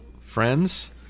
friends